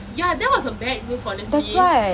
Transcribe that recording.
yeah that was a bad move honestly